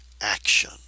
action